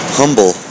humble